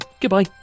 goodbye